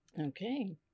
okay